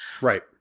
Right